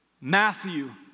Matthew